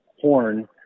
horn